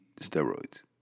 steroids